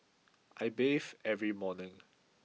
I bathe every morning